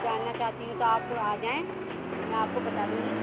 جاننا چاہتی ہوں تو آپ آ جائیں میں آپ کو بتا دوں گی